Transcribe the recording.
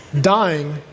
dying